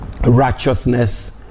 righteousness